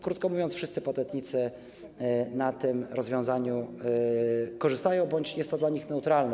Krótko mówiąc, wszyscy podatnicy na tym rozwiązaniu korzystają bądź jest to dla nich neutralne.